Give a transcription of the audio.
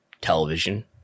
Television